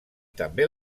també